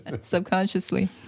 Subconsciously